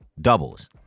Doubles